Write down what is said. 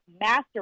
master